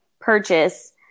purchase